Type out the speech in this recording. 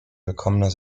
willkommener